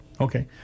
Okay